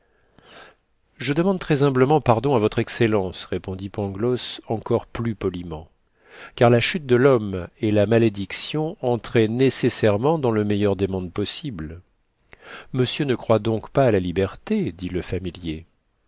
je demande très humblement pardon à votre excellence répondit pangloss encore plus poliment car la chute de l'homme et la malédiction entraient nécessairement dans le meilleur des mondes possibles monsieur ne croit donc pas à la liberté dit le familier